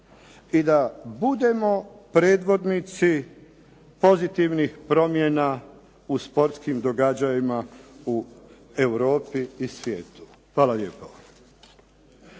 i da budemo predvodnici pozitivnih promjena u sportskim događanjima u Europi i svijetu. Hvala lijepo.